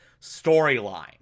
storyline